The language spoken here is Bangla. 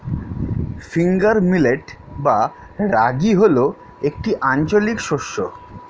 ফিঙ্গার মিলেট বা রাগী হল একটি আঞ্চলিক শস্য